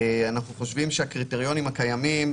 אנחנו חושבים שהקריטריונים הקיימים,